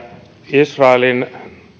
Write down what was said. israelin